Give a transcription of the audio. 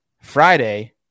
Friday